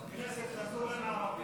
בכנסת הזו אין ערבים.